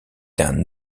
d’un